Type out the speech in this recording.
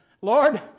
Lord